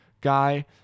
guy